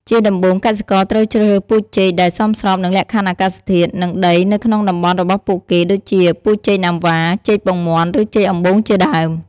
ជាដំបូង កសិករត្រូវជ្រើសរើសពូជចេកដែលសមស្របនឹងលក្ខខណ្ឌអាកាសធាតុ និងដីនៅក្នុងតំបន់របស់ពួកគេ ដូចជា ពូជចេកណាំវ៉ា ចេកពងមាន់ ឬចេកអំបូងជាដើម។